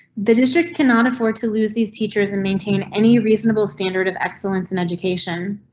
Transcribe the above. the district cannot afford to lose these teachers and maintain. any reasonable standard of excellence in education.